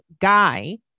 guy